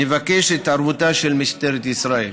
נבקש את התערבותה של משטרת ישראל.